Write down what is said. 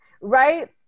right